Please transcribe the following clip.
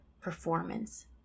performance